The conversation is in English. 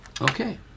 Okay